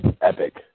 epic